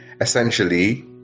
Essentially